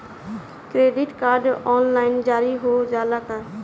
Credit card online जारी हो जाला का?